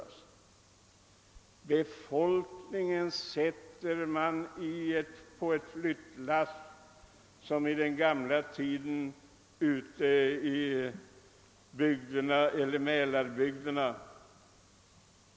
Men befolkningen sätter man på ett flyttlass som i den gamla tiden i Mälarbygderna.